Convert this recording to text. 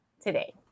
today